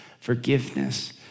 forgiveness